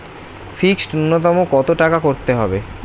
Fixed নুন্যতম কত টাকা করতে হবে?